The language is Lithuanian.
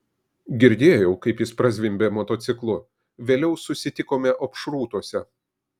girdėjau kaip jis prazvimbė motociklu vėliau susitikome opšrūtuose